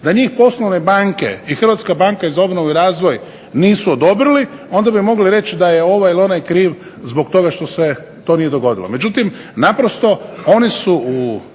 da njih poslovne banke i HBOR-a nisu odobrili onda bi mogli reći da je ovaj ili onaj kriv zbog toga što se to nije dogodilo.